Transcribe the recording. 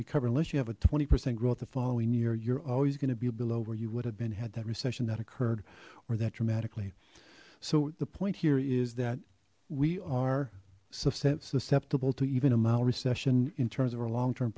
recover unless you have a twenty percent growth the following year you're always going to be below where you would have been had that recession that occurred or that dramatically so the point here is that we are subset susceptible to even a mild recession in terms of our long term